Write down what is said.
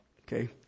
Okay